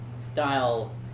style